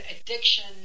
addiction